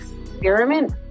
experiment